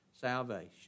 salvation